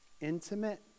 intimate